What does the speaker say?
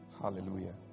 Hallelujah